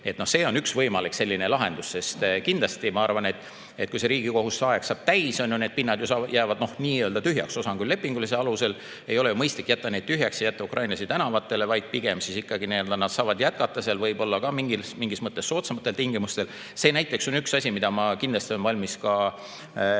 See on üks võimalik lahendus, sest kindlasti ma arvan, et kui riigi kohustus, see aeg, saab täis, siis need pinnad jäävad ju nii-öelda tühjaks – osad on küll lepingulisel alusel –, aga ei ole ju mõistlik jätta neid tühjaks ja jätta ukrainlasi tänavale, vaid pigem siis ikkagi nad saavad jätkata seal võib-olla ka mingis mõttes soodsamatel tingimustel. See näiteks on üks asi, mida ma kindlasti olen valmis ka Signe